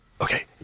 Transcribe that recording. okay